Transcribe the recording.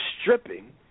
stripping